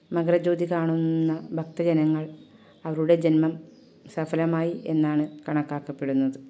മകരജ്യോതി കാണുന്ന ഭക്ത ജനങ്ങൾ അവരുടെ ജന്മം സഫലമായി എന്നാണ് കണക്കാക്കപ്പെടുന്നത്